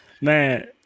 Man